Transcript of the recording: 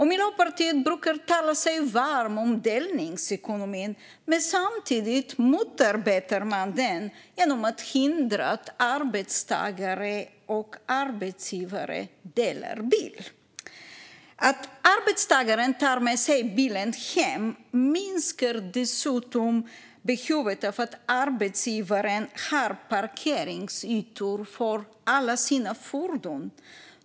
Miljöpartiet brukar tala sig varma för delningsekonomin, men samtidigt motarbetar man den genom att hindra att arbetstagare och arbetsgivare delar bil. Att arbetstagaren tar med sig bilen hem minskar dessutom arbetsgivarens behov av parkeringsytor för alla sina fordon.